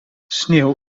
sneeuw